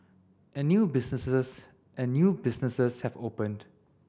and new businesses and new businesses have opened